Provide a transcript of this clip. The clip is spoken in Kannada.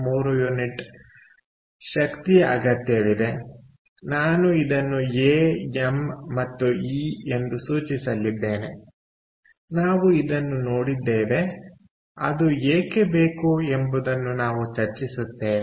3 ಯುನಿಟ್ ಶಕ್ತಿಯ ಅಗತ್ಯವಿದೆ ನಾನು ಇದನ್ನು ಎ ಎಂ ಮತ್ತು ಇ ಎಂದು ಸೂಚಿಸಲಿದ್ದೇನೆ ನಾವು ಇದನ್ನು ನೋಡಿದ್ದೇವೆ ಅದು ಏಕೆ ಬೇಕು ಎಂಬುದನ್ನು ನಾವು ಚರ್ಚಿಸುತ್ತೇವೆ